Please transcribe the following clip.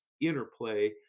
interplay